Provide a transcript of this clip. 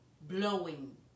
blowing